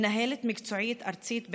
מנהלת מקצועית ארצית בער"ן.